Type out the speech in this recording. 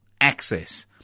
access